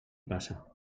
passa